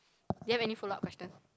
do you have any follow up question